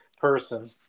person